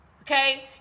okay